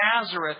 Nazareth